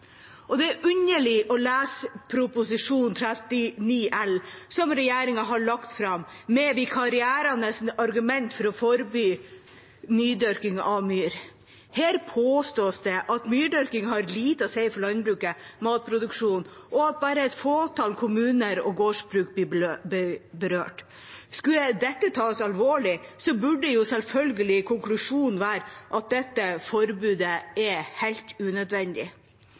regjering. Det er underlig å lese Prop. 39 L for 2018–2019, som regjeringa har lagt fram, med vikarierende argumenter for å forby nydyrking av myr. Her påstås det at myrdyrking har lite å si for landbruket og matproduksjonen, og at bare et fåtall kommuner og gårdsbruk blir berørt. Skulle dette tas alvorlig, burde konklusjonen selvfølgelig være at dette forbudet er helt unødvendig.